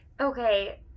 Okay